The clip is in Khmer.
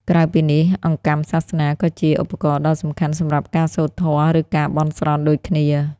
ក្រៅពីនេះ អង្កាំសាសនា ក៏ជាឧបករណ៍ដ៏សំខាន់សម្រាប់ការសូត្រធម៌ ឬការបន់ស្រន់ដូចគ្នា។